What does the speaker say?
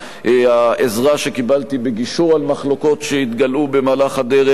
העזרה שקיבלתי בגישור על מחלוקות שהתגלעו במהלך הדרך,